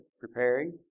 preparing